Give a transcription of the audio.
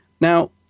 now